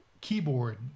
keyboard